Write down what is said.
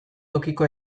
tokiko